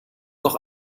noch